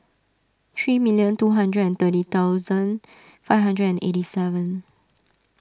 three million two hundred and thirty thousand five hundred and eighty seven